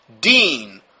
Dean